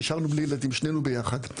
נשארנו בלי ילדים, שנינו ביחד.